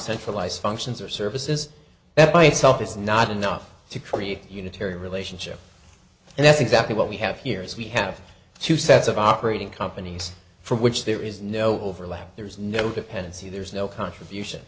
centralize functions or services that by itself is not enough to create unitary relationships and that's exactly what we have here is we have two sets of operating companies for which there is no overlap there's no dependency there's no contribution